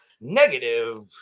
Negative